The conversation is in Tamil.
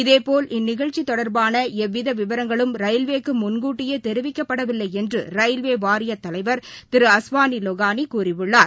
இதேபோல் இந்த நிகழ்ச்சி தொடர்பான எவ்வித விவரங்களும் ரயில்வேக்கு முன்கூட்டியே தெரிவிக்கப்படவில்லை என்று ரயில்வே வாரியத்தலைவர் திரு அஸ்வாளி லொகானி கூறியுள்ளார்